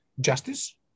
justice